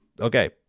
Okay